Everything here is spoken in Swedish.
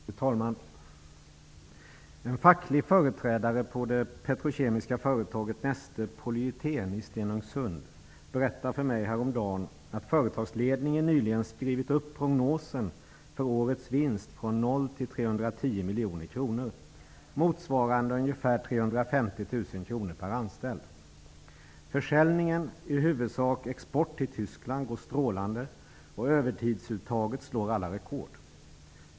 Fru talman! En facklig företrädare på det petrokemiska företaget Neste Polyeten i Stenungsund berättade för mig häromdagen att företagsledningen nyligen skrivit upp prognosen för årets vinst från 0 till 310 miljoner kronor, vilket motsvarar ungefär 350 000 kr per anställd. Tyskland, går strålande, och övertidsuttaget slår alla rekord.